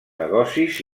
negocis